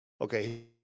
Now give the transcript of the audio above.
okay